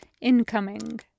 Incoming